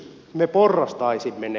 me porrastaisimme ne